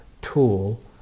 tool